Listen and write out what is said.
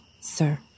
sir